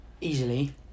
easily